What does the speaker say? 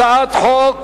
הצעת חוק